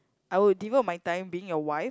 I would devote my time being your wife